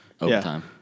overtime